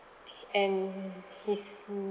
and he's